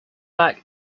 back